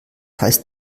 heißt